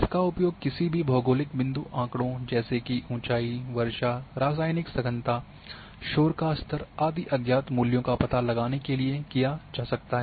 इसका उपयोग किसी भी भौगोलिक बिंदु आँकड़ों जैसे कि ऊंचाई वर्षा रासायनिक सघनता शोर का स्तर आदि अज्ञात मूल्यों का पता लगाने के लिए किया जा सकता है